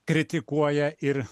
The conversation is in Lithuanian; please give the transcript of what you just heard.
kritikuoja ir